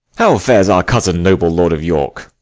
how fares our cousin, noble lord of york?